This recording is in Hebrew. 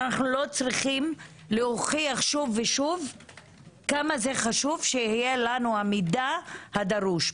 ואנחנו לא צריכים להוכיח שוב ושוב כמה זה חשוב שיהיה לנו המידע הדרוש.